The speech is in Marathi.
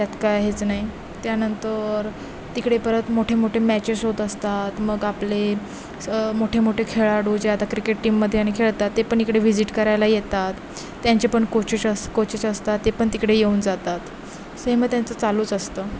त्यात काय हेच नाही त्यानंतर तिकडे परत मोठे मोठे मॅचेस होत असतात मग आपले स मोठे मोठे खेळाडू जे आता क्रिकेट टीममध्ये आणि खेळतात ते पण इकडे व्हिजिट करायला येतात त्यांचे पण कोचेस अस कोचेस असतात ते पण तिकडे येऊन जातात असे मग त्यांचं चालूच असतं